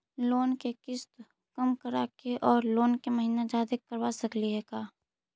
Loan के किस्त कम कराके औ लोन के महिना जादे करबा सकली हे का?